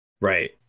right